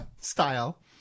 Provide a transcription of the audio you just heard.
style